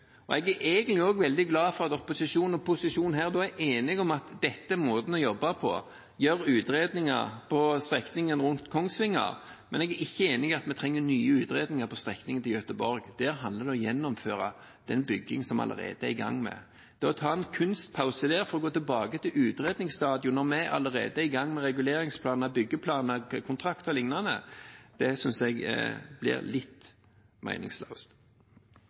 ønsker. Jeg er egentlig også veldig glad for at opposisjonen og posisjonen her er enige om at dette er måten å jobbe på – gjøre utredninger for strekningen rundt Kongsvinger. Men jeg er ikke enig i at vi trenger nye utredninger for strekningen til Göteborg. Der handler det om å gjennomføre den byggingen som vi allerede er i gang med. Det å ta en kunstpause der for å gå tilbake til utredningsstadiet – når vi allerede er i gang med reguleringsplaner, byggeplaner, kontrakter og lignende – synes jeg blir litt